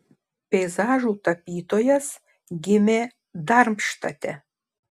peizažų tapytojas gimė darmštate